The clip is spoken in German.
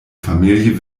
familie